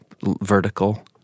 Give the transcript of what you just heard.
vertical